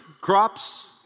crops